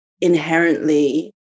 inherently